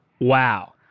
Wow